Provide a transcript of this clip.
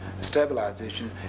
stabilization